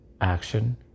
action